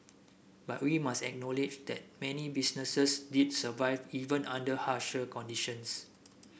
but we must acknowledge that many businesses did survive even under harsher conditions